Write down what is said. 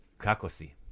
kakosi